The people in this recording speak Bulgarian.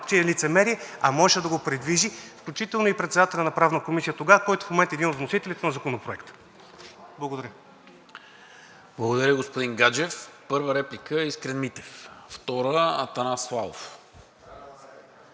че е лицемерие, а можеше да го придвижи, включително и председателят на Правната комисия тогава, който в момента е един от вносителите на Законопроекта. Благодаря. ПРЕДСЕДАТЕЛ НИКОЛА МИНЧЕВ: Благодаря, господин Гаджев. Първа реплика – Искрен Митев, втора – Атанас Славов,